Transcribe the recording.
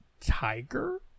tiger